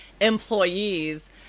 employees